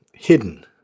hidden